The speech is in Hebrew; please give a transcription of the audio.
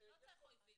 לא צריך אויבים,